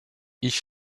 ich